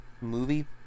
movie